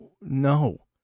No